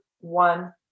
one